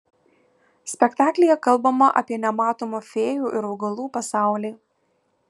spektaklyje kalbama apie nematomą fėjų ir augalų pasaulį